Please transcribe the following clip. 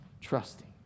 trusting